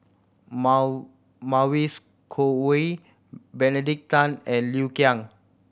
Mavis Khoo Oei Benedict Tan and Liu Kang